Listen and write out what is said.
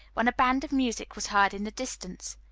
when a band of music was heard in the distance.